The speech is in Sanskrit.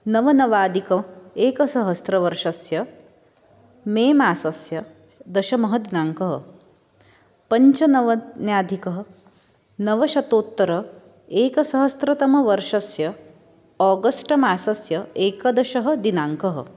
नवनवाधिक एकसहस्रवर्षस्य मे मासस्य दशमः दिनाङ्कः पञ्चनवत्यधिक नवशतोत्तर एकसहस्रतमवर्षस्य आगस्ट् मासस्य एकादशः दिनाङ्कः